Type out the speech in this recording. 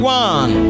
one